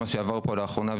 מה שעבר פה לאחרונה,